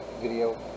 video